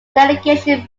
delegation